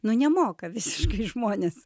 nu nemoka visiškai žmonės